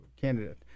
candidate